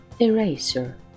Eraser